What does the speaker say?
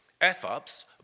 F-ups